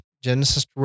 Genesis